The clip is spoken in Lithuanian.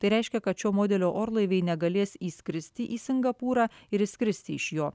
tai reiškia kad šio modelio orlaiviai negalės įskristi į singapūrą ir išskristi iš jo